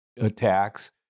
attacks